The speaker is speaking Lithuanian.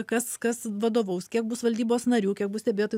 kas kas vadovaus kiek bus valdybos narių kiek bus stebėtojų